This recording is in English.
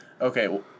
Okay